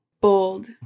Bold